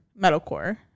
metalcore